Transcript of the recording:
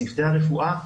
צוותי הרפואה,